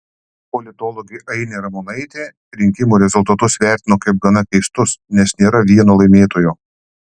politologė ainė ramonaitė rinkimų rezultatus vertino kaip gana keistus nes nėra vieno laimėtojo